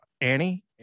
Annie